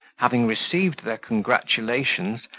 having received their congratulations,